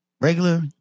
regular